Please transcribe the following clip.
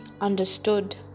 understood